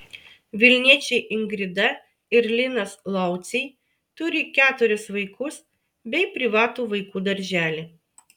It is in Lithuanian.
vilniečiai ingrida ir linas lauciai turi keturis vaikus bei privatų vaikų darželį